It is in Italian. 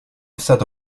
stato